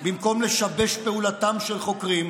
במקום לשבש את פעולתם של חוקרים,